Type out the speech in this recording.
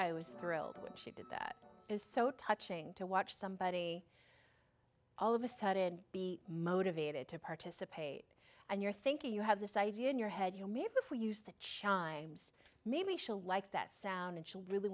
i was thrilled when she did that is so touching to watch somebody all of a sudden be motivated to participate and you're thinking you have this idea in your head you may before use the chimes maybe she'll like that sound she really